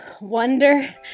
Wonder